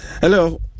Hello